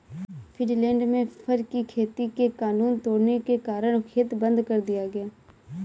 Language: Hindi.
फिनलैंड में फर की खेती के कानून तोड़ने के कारण खेत बंद कर दिया गया